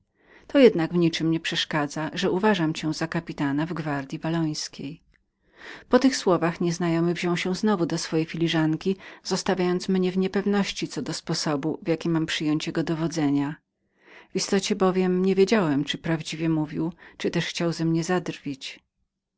to jednak w niczem nie przeszkadza że uważam pana za kapitana w gwardyi wallońskiej po tych słowach nieznajomy wziął się znowu do swojej filiżanki zostawiając mnie w niepewności nad sposobem w jakim miałem przyjąć jego dowodzenia w istocie bowiem nie wiedziałem czy prawdziwie mówił czyli też chciał ze mnie zadrwić